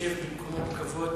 ישב במקומו בכבוד